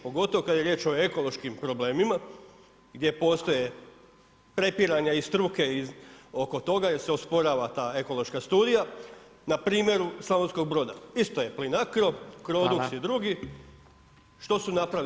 Pogotovo kad je riječ o ekološkim problemima gdje postoje prepiranja iz struke oko toga jer se osporava ta ekološka studija, na primjeru Slavonskog Broda, isto je Plinacro [[Upadica Radin: Hvala.]] Crodux i drugi, što su napravili?